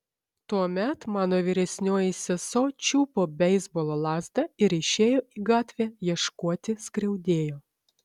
tuomet mano vyresnioji sesuo čiupo beisbolo lazdą ir išėjo į gatvę ieškoti skriaudėjo